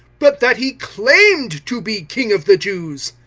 but that he claimed to be king of the jews.